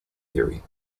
theory